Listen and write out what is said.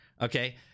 okay